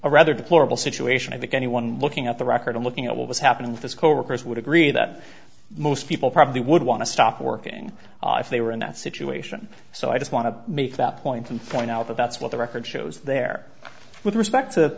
a rather deplorable situation i think anyone looking at the record in looking at what was happening with his coworkers would agree that most people probably would want to stop working if they were in that situation so i just want to make that point and point out that that's what the record shows there with respect to